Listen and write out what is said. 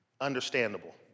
Understandable